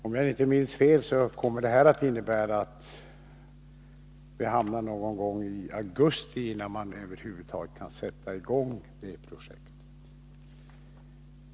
Om jag inte minns fel är läget nu det att vi hamnar någon gång i augusti innan projektet över huvud taget kan sättas i gång.